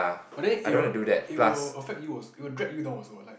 but then it will it will affect you also it will drag you down also what like